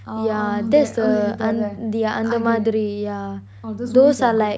ah oh okay அது அது:athu athu I get it oh those movies are good